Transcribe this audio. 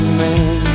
man